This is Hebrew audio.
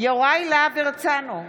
יוראי להב הרצנו,